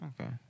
Okay